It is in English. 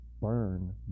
burn